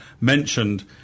mentioned